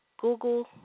Google